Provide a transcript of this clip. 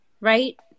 right